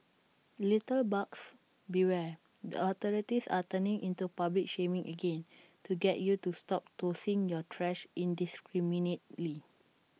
litterbugs beware the authorities are turning into public shaming again to get you to stop tossing your trash indiscriminately